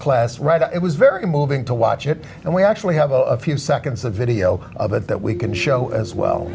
class right it was very moving to watch it and we actually have a few seconds of video of it that we can show as well